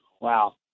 Wow